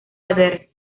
arder